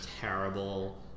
Terrible